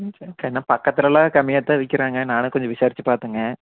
ம் சரிங்கக்கா இன்னும் பக்கத்தில் எல்லாம் கம்மியாக தான் விக்கிறாங்க நானும் கொஞ்சம் விசாரிச்சு பார்த்தேங்க